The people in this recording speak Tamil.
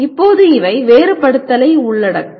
இப்போது இவை வேறுபடுத்துதலை உள்ளடக்கும்